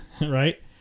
right